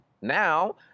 now